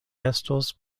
estos